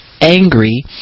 angry